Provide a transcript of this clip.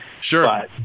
Sure